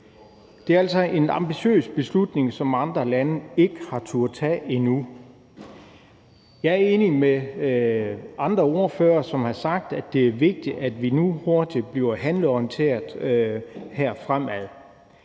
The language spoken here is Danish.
Det er altså en ambitiøs beslutning, som andre lande ikke har turdet tage endnu. Jeg er enig med andre ordførere, som har sagt, at det er vigtigt, at vi nu hurtigt bliver handlingsorienterede fremad.